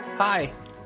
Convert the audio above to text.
Hi